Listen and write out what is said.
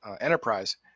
Enterprise